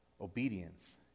Obedience